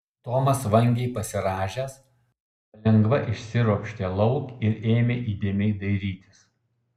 tomas vangiai pasirąžęs palengva išsiropštė lauk ir ėmė įdėmiai dairytis